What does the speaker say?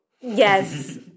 Yes